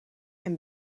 and